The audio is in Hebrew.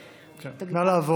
אינה נוכחת פנינה תמנו,